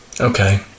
Okay